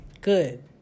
good